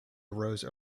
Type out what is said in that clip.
arose